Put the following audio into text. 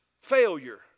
failure